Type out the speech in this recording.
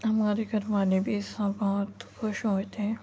ہمارے گھر والے بھی اس سے بہت خوش ہوئے تھے